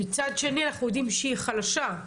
ומצד שני אנחנו יודעים שהיא חלשה,